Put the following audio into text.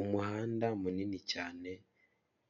Umuhanda munini cyane